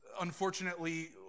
unfortunately